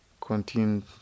continue